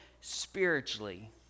spiritually